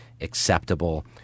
acceptable